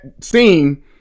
scene